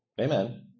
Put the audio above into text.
Amen